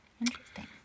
Interesting